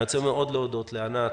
אני רוצה מאוד להודות לענת,